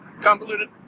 Convoluted